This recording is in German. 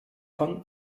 von